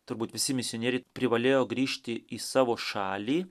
turbūt visi misionieriai privalėjo grįžti į savo šalį